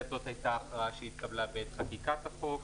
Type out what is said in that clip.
זאת הייתה הכרעה שהתקבלה בעת חקיקת החוק,